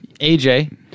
AJ